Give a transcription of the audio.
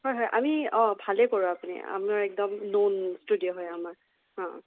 হয় হয় আমি অঁ ভালেই কৰোঁ আপুনি আমাৰ একদম নওন ষ্টুডিঅ' হয় আমাৰ হা